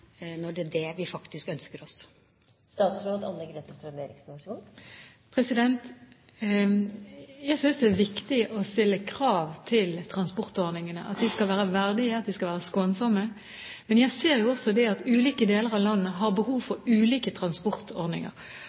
når det er det vi faktisk ønsker oss? Jeg synes det er viktig å stille krav til transportordningene, at de skal være verdige, at de skal være skånsomme, men jeg ser jo også at ulike deler av landet har behov for ulike transportordninger.